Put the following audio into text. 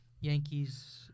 Yankees